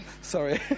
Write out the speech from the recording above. Sorry